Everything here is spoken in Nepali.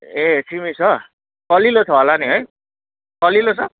ए सिमी छ कलिलो छ होला नि है कलिलो छ